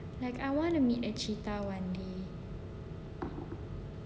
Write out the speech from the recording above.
like I want to meet a cheetah one day